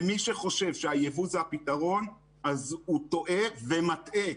מי שחושב שהייבוא זה הפתרון הוא טועה ומטעה,